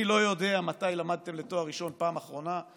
אני לא יודע מתי למדתם לתואר ראשון בפעם האחרונה,